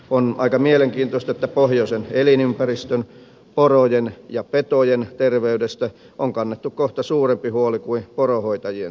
on aika mielenkiintoista että pohjoisen elinympäristön porojen ja petojen terveydestä on kannettu kohta suurempi huoli kuin poronhoitajien terveydestä